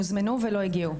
הם הוזמנו והם לא הגיעו.